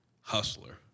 Hustler